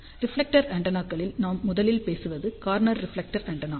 reflector ஆண்டெனாக்களில் நாம் முதலில் பேசுவது கார்னர் ரிஃப்லெக்டர் ஆண்டெனா